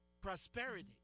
prosperity